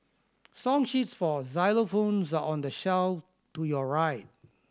song sheets for xylophones are on the shelf to your right